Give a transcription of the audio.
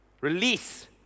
release